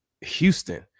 Houston